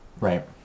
Right